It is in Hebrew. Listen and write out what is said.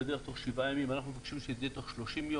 אנחנו מבקשים שזה יהיה תוך 30 יום.